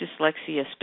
dyslexia